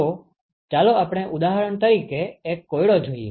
તો ચાલો આપણે ઉદાહરણ તરીકે એક કોયડો જોઈએ